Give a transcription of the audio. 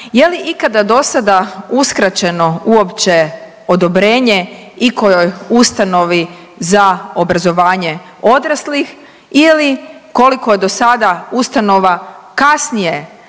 je li ikada dosada uskraćeno uopće odobrenje ikojoj ustanovi za obrazovanje odraslih ili koliko je do sada ustanova kasnije